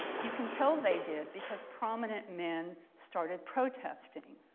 you can tell they did because prominent men started protesting.